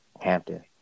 Hampton